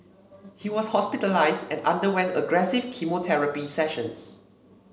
he was hospitalised and underwent aggressive chemotherapy sessions